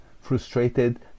frustrated